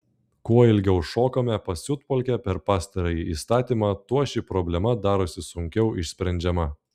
kuo ilgiau šokame pasiutpolkę apie pastarąjį įstatymą tuo ši problema darosi sunkiau išsprendžiama